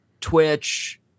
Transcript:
Twitch